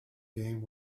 game